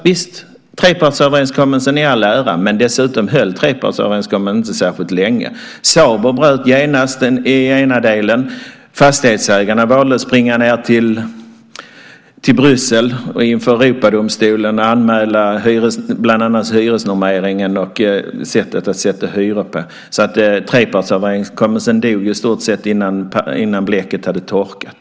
Visst, trepartsöverenskommelsen i all ära, men den höll inte särskilt länge. SABO bröt genast den ena delen. Fastighetsägarna valde att springa till Bryssel och inför Europadomstolen anmäla bland annat hyresnormeringen och sättet att sätta hyror på. Trepartsöverenskommelsen dog i stort sett innan bläcket hade torkat.